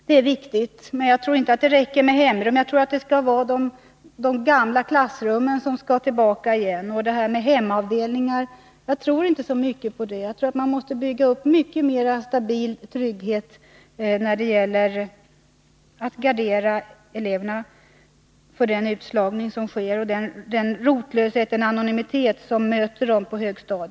Det är viktigt, men jag tror inte att det är tillräckligt, utan vi måste gå tillbaka till att ha den gamla typen av klassrum. Jag tror inte så mycket på hemrum och hemavdelningar, utan jag tror att det måste till mycket mera för att vi skall kunna skapa den stabila trygghet som behövs för att gardera eleverna mot den utslagning som sker och den rotlöshet och anonymitet som möter dem på högstadiet.